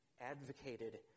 advocated